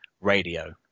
Radio